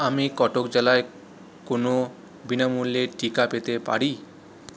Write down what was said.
আমি কটক জেলায় কোনও বিনামূল্যে টিকা পেতে পারি